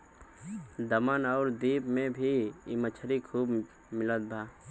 दमन अउरी दीव में भी इ मछरी खूब मिलत बा